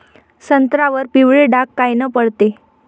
संत्र्यावर पिवळे डाग कायनं पडते?